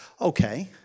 okay